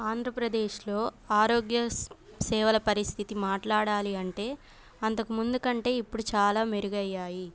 ఆంధ్రప్రదేశ్లో ఆరోగ్య సేవల పరిస్థితి మాట్లాడాలి అంటే అంతకుముందుకంటే ఇప్పుడు చాలా మెరుగయ్యాయి